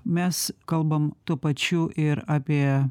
mes kalbam tuo pačiu ir apie